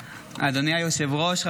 הראשונה,